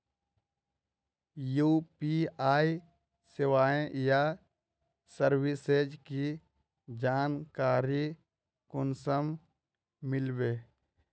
UPI सेवाएँ या services की जानकारी कुंसम मिलबे?